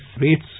rates